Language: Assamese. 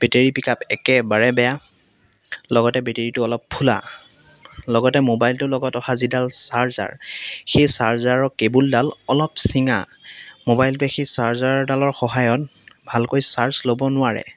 বেটেৰি পিক আপ একেবাৰে বেয়া লগতে বেটেৰিটো অলপ ফুলা লগতে মোবাইলটোৰ লগত অহা যিডাল চাৰ্জাৰ সেই চাৰ্জাৰৰ কেবোলডাল অলপ ছিঙা মোবাইলটোৱে সেই চাৰ্জাৰডালৰ সহায়ত ভালকৈ চাৰ্জ ল'ব নোৱাৰে